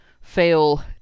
fail